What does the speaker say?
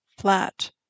flat